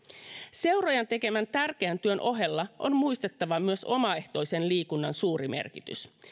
seurojen tekemän tärkeän työn ohella on muistettava myös omaehtoisen liikunnan suuri merkitys